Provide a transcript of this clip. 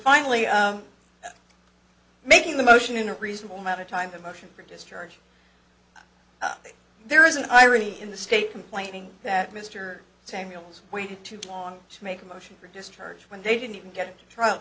finally making the motion in a reasonable amount of time the motion for discharge there is an irony in the state complaining that mr samuels waited too long to make a motion for discharge when they didn't even get a trial